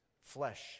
flesh